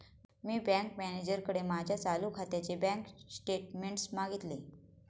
मी bank मॅनेजरकडे माझ्या चालू खात्याचे बँक स्टेटमेंट्स मागितले